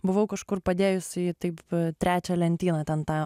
buvau kažkur padėjusi į taip trečią lentyną ten tą